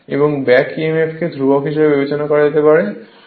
এবং back Emf কে ধ্রুবক হিসাবে বিবেচনা করা যেতে পারে